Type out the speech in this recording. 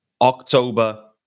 October